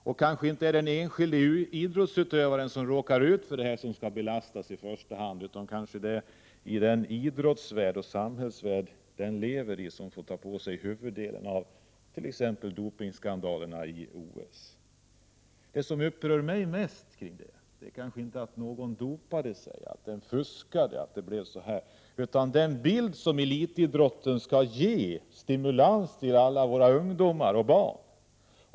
Det är kanske inte den enskilde idrottsutövaren som i första hand skall belastas när det t.ex. gäller dopingskandalerna i OS, utan det är den idrottsvärld och det samhälle som idrottaren lever i som får ta huvuddelen av ansvaret. Det som upprör mig mest är inte det faktum att någon dopade sig och fuskade. Elitidrotten skall ge stimulans till alla våra ungdomar och barn.